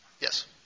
Yes